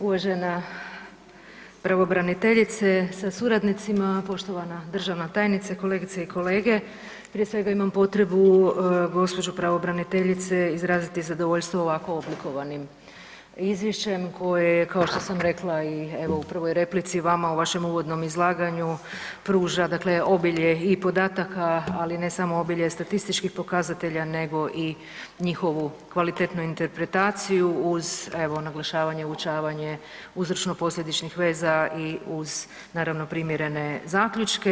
Uvažena pravobraniteljice sa suradnicima, poštovana državna tajnice, kolegice i kolege prije svega imam potrebu gospođi pravobraniteljici izraziti zadovoljstvo ovako oblikovanim izvješćem koje je kao što sam rekla i u prvoj replici vama u vašem uvodnom izlaganju pruža dakle obilje i podataka, ali ne samo obilje statističkih pokazatelja nego i njihovu kvalitetnu interpretaciju uz evo naglašavanje, obučavanje uzročno-posljedičnih veza i uz naravno primjerene zaključke.